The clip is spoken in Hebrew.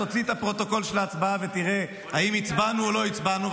תוציא את הפרוטוקול של ההצבעה ותראה אם הצבענו או לא הצבענו.